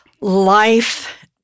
life